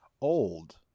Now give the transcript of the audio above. old